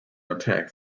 attack